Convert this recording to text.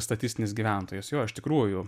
statistinis gyventojas jo iš tikrųjų